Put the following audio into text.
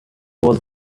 was